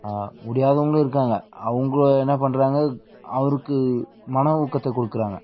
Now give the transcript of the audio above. முடியாதவங்களும் இருக்காங்க அவங்க என்ன பண்ணுறாங்க அவருக்கு மன ஊக்கத்தை கொடுக்குறாங்க